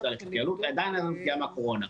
תהליך התייעלות עדיין הייתה לו פגיעה מהקורונה,